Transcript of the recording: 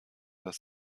das